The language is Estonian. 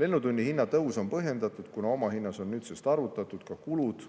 Lennutunni hinna tõus on põhjendatud, kuna omahinna sisse on nüüdsest arvutatud ka kulud,